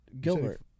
Gilbert